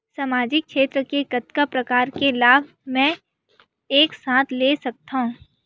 सामाजिक क्षेत्र के कतका प्रकार के लाभ मै एक साथ ले सकथव?